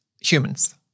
humans